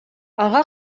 ага